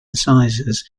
incisors